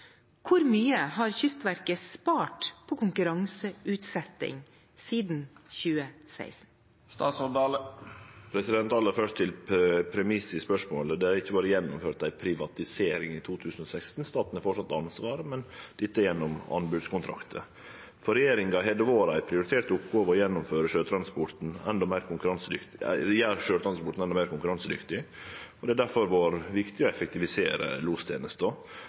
mye har Kystverket spart på konkurranseutsettingen siden 2016?» Aller først til premissen i spørsmålet: Det har ikkje vore gjennomført ei privatisering i 2016. Staten har framleis ansvaret, men gjennom anbodskontraktar. For regjeringa har det vore ei prioritert oppgåve å gjere sjøtransporten endå meir konkurransedyktig, og det har difor vore viktig å effektivisere lostenesta